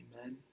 Amen